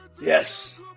Yes